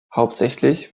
hauptsächlich